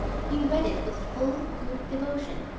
he read it with full good devotion.